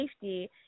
safety